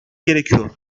gerekiyor